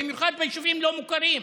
במיוחד ביישובים הלא-מוכרים,